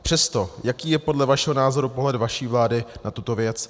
Přesto, jaký je podle vašeho názoru pohled vaší vlády na tuto věc?